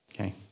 Okay